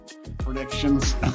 predictions